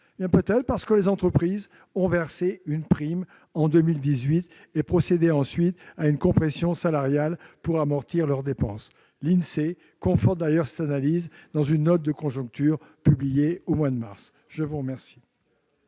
parce que les entreprises ont versé une prime en 2018 et procédé ensuite à une compression salariale pour amortir leurs dépenses. L'Insee conforte d'ailleurs cette analyse dans une note de conjoncture publiée au mois de mars. La parole